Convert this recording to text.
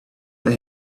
that